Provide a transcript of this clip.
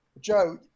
Joe